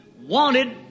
wanted